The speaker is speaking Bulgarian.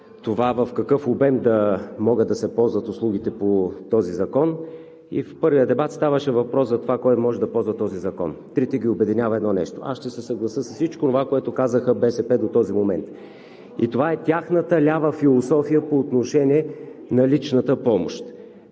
това, в какъв обем могат да се ползват услугите по този закон, и в първия дебат ставаше въпрос за това кой може да ползва този закон. Трите ги обединява едно нещо. Аз ще се съглася с всичко онова, което казаха от БСП до този момент. И това е тяхната лява философия по отношение на личната помощ.